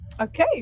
Okay